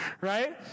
right